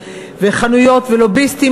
וחנויות ולוביסטים.